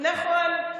נכון.